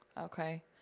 Okay